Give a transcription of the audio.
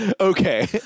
Okay